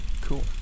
Cool